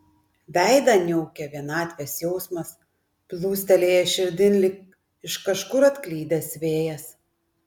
veidą niaukė vienatvės jausmas plūstelėjęs širdin lyg iš kažkur atklydęs vėjas